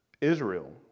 Israel